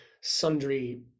sundry